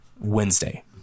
Wednesday